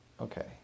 Okay